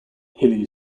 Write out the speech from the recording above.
hilly